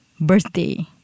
birthday